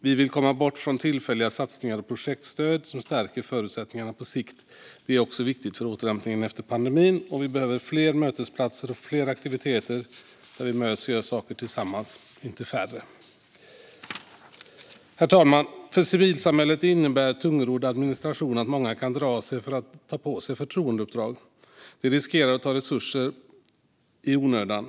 Vi vill komma bort från tillfälliga satsningar och projektstöd och i stället satsa på sådant som stärker förutsättningarna på sikt. Det är också viktigt för återhämtningen efter pandemin. Vi behöver fler mötesplatser och fler aktiviteter där vi möts och gör saker tillsammans - inte färre. Herr talman! För civilsamhället innebär tungrodd administration att många kan dra sig för att ta på sig förtroendeuppdrag. Det riskerar att ta resurser i onödan.